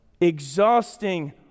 Exhausting